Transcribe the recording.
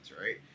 right